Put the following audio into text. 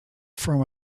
from